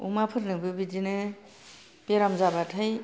अमाफोरनोबो बिदिनो बेराम जाबाथाय